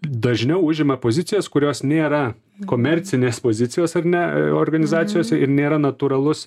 dažniau užima pozicijas kurios nėra komercinės pozicijos ar ne organizacijose ir nėra natūralus